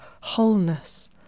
wholeness